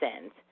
sins